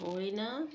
होइन